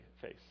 face